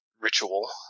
ritual